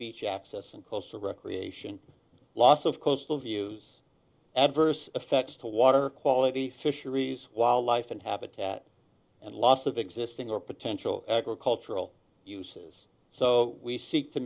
beach access and closer recreation loss of coastal views adverse effects to water quality fisheries wildlife and habitat and loss of existing or potential agricultural uses so we seek to